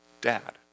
dad